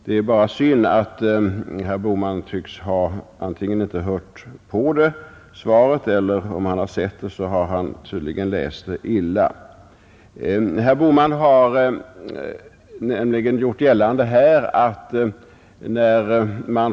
Det är bara synd att herr Bohman antingen inte tycks ha hört på när jag läste upp interpellationssvaret eller också har han, om han har läst det, gjort det mycket illa.